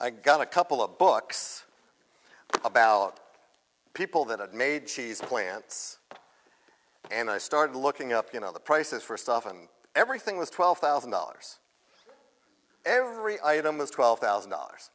i got a couple of books about people that had made cheese plants and i started looking up you know the prices for stuff and everything was twelve thousand dollars every item was twelve thousand dollars